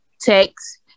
Text